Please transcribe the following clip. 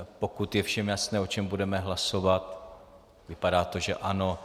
Pokud je všem jasné, o čem budeme hlasovat vypadá to, že ano.